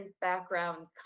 background